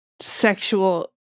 sexual